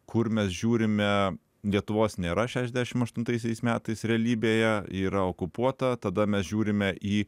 kur mes žiūrime lietuvos nėra šešdešim aštuntaisiais metais realybėje ji yra okupuota tada mes žiūrime į